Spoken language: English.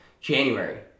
January